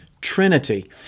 Trinity